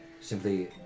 simply